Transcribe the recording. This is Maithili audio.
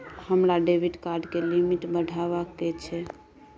हमरा डेबिट कार्ड के लिमिट बढावा के छै